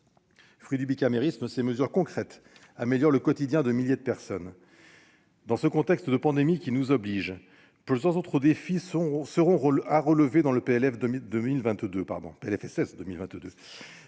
Fruits du bicamérisme, ces mesures concrètes amélioreront le quotidien de milliers de personnes. Dans ce contexte de pandémie qui nous oblige, plusieurs autres défis doivent être relevés par ce PLFSS.